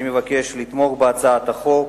אני מבקש לתמוך בהצעת החוק.